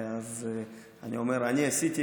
אני אומר שאני עשיתי,